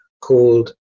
called